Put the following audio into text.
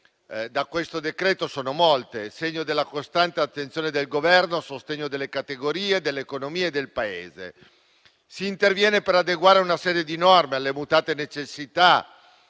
di interesse sono molti: segno della costante attenzione del Governo a sostegno delle varie categorie, dell'economia e del Paese. Si interviene per adeguare una serie di norme alle mutate necessità